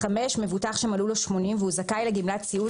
(5)מבוטח שמלאו לו 80 שנים והוא זכאי לגמלת סיעוד